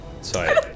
Sorry